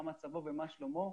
לראות מה מצבו ומה שלומו,